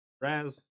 Raz